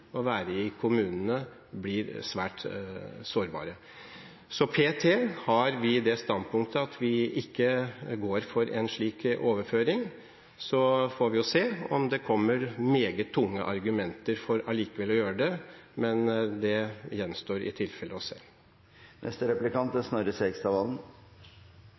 må være i kommunene, blir svært sårbare. Så p.t. har vi det standpunktet at vi ikke går for en slik overføring. Så får vi se om det kommer meget tunge argumenter for allikevel å gjøre det, men det gjenstår i tilfelle å se.